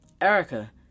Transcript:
Erica